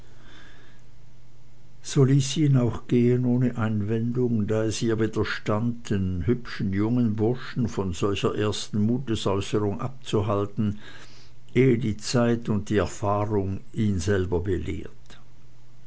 so ließ sie ihn auch gehen ohne einwendung da es ihr widerstand den hübschen jungen burschen von solcher ersten mutesäußerung abzuhalten ehe die zeit und die erfahrung ihn selber belehrt